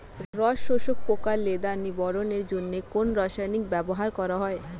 রস শোষক পোকা লেদা নিবারণের জন্য কোন রাসায়নিক ব্যবহার করা হয়?